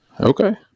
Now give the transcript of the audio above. Okay